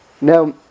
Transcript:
Now